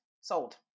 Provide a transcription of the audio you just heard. sold